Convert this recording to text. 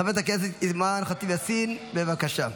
חברת הכנסת אימאן ח'טיב יאסין, בבקשה.